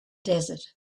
desert